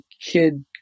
kid